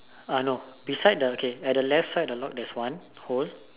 uh no beside the okay at the left side of the lock there's one hole